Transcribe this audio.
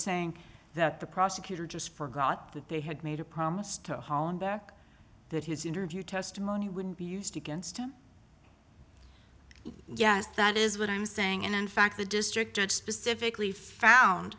saying that the prosecutor just forgot that they had made a promise to hollenbeck that his interview testimony wouldn't be used against him yes that is what i'm saying and in fact the district judge specifically found